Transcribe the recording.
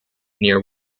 near